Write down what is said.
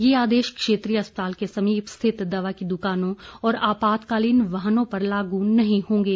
ये आदेश क्षेत्रीय अस्पताल के समीप स्थित दवा की दुकानों और आपातकालीन वाहनों पर लागू नहीं होंगे